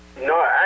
No